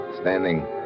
standing